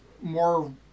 more